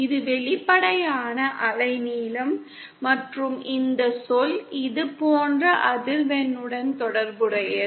இது வெளிப்படையான அலைநீளம் மற்றும் இந்த சொல் இது போன்ற அதிர்வெண்ணுடன் தொடர்புடையது